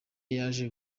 yaje